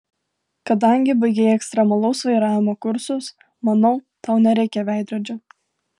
kadangi baigei ekstremalaus vairavimo kursus manau tau nereikia veidrodžio